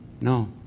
no